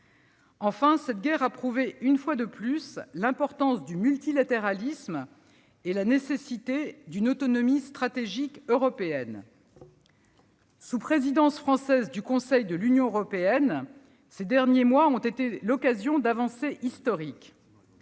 Enfin, cette guerre a prouvé une fois de plus l'importance du multilatéralisme et la nécessité d'une autonomie stratégique européenne. Sous présidence française du Conseil de l'Union européenne, ces derniers mois ont été l'occasion d'avancées historiques.